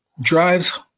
drives